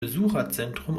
besucherzentrum